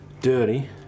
Dirty